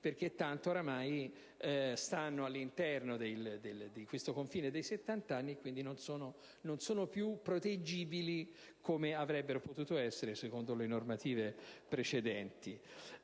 perché tanto ormai stanno all'interno del confine dei 70 anni e quindi non sono più proteggibili come avrebbero potuto essere secondo le normative precedenti.